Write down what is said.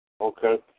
Okay